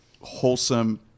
wholesome